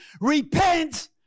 repent